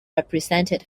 represented